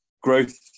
growth